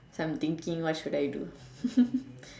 so I'm thinking what should I do